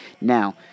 Now